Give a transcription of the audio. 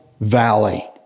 valley